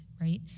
right